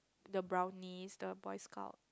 the Brownies the Boys Scout